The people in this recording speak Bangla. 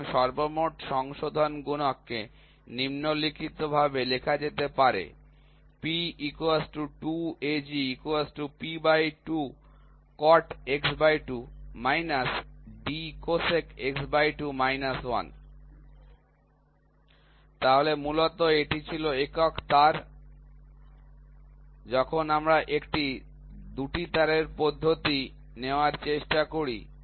সুতরাং সর্বমোট সংশোধন গুণক কে নিন্মলিখিতভাবে লেখা যেতে পারে তাহলে মূলত এটি ছিল একক তার যখন আমরা একটি 2 টি তারের পদ্ধতি নেওয়ার চেষ্টা করি